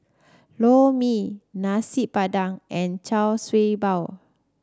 Lor Mee Nasi Padang and Char Siew Bao